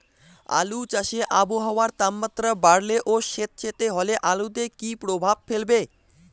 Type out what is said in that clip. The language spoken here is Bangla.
আলু চাষে আবহাওয়ার তাপমাত্রা বাড়লে ও সেতসেতে হলে আলুতে কী প্রভাব ফেলবে?